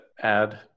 add